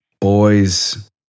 boys